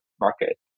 market